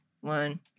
one